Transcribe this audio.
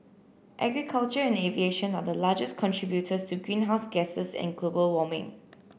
agriculture and aviation are the largest contributors to greenhouse gases and global warming